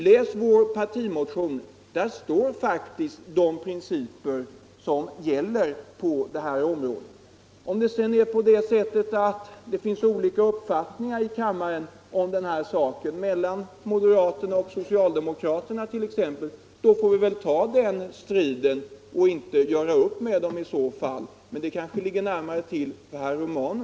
Läs vår partimotion! Där står de principer som gäller på det här området. Om det sedan finns olika uppfattningar i kammaren om den här saken mellan moderaterna och socialdemokraterna, så får vi väl ta den striden och inte bara göra upp med socialdemokraterna.